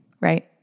right